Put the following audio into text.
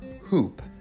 hoop